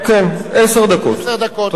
כן, עשר דקות.